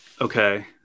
Okay